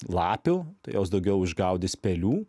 lapių jos daugiau išgaudys pelių